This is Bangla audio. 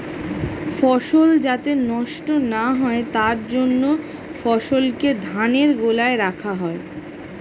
ফসল যাতে নষ্ট না হয় তার জন্য ফসলকে ধানের গোলায় রাখা হয়